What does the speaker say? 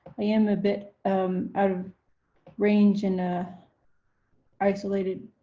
i am a bit um out of range and isolated